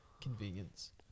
convenience